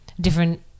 different